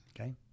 okay